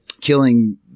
killing